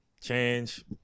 change